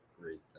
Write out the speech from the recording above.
Great